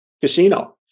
casino